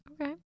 Okay